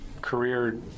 career